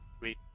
Wait